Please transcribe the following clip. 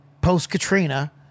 post-Katrina